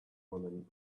woman